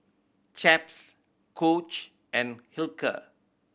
Chaps Coach and Hilker